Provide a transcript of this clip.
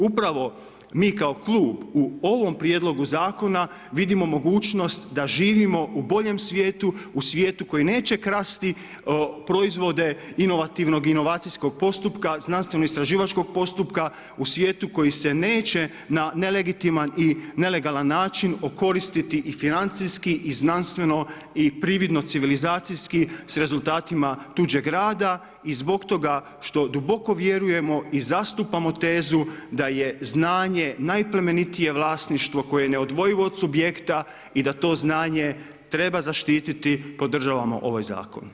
Upravo mi kao Klub u ovom Prijedlogu zakona vidimo mogućnost da živimo u boljem svijetu, u svijetu koji neće krasti proizvode inovativnog i inovacijskog postupka, znanstveno-istraživačkog postupka, u svijetu koji se neće na nelegitiman i nelegalan način okoristiti i financijski, znanstveno i prividno civilizacijski s rezultatima tuđeg rada i zbog toga što duboko vjerujemo i zastupamo tezu da je znanje najplemenitije vlasništvo koje je neodvojivo od subjekta i da to znanje treba zaštititi, podržavamo ovaj zakon.